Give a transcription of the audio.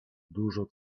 dużo